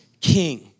king